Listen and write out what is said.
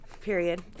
period